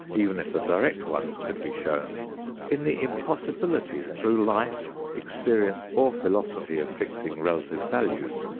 even if the direct ones could be shown in the impossibility through life, experience or philosophy of fixing relative values,